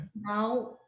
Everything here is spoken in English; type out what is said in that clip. Now